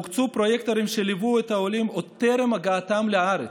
והוקצו פרויקטורים שליוו את העולים עוד טרם הגעתם לארץ.